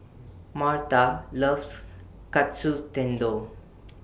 Marta loves Katsu Tendon